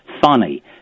funny